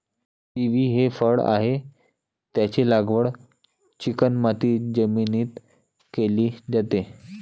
kiwi हे फळ आहे, त्याची लागवड चिकणमाती जमिनीत केली जाते